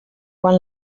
quan